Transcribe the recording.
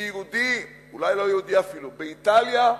מיהודי, אולי לא יהודי אפילו, באיטליה,